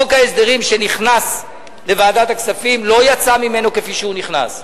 חוק ההסדרים שנכנס לוועדת הכספים לא יצא ממנה כפי שהוא נכנס.